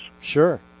Sure